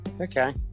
Okay